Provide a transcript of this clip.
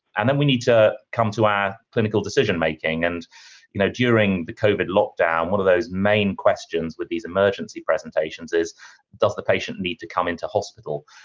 and then we need to come to our clinical decision making and you know during the covid lockdown one of those main questions with these emergency presentations is does the patient need to come into hospital.